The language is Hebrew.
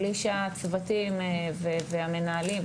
בלי שהצוותים והמנהלים,